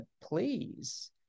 please